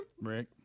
Rick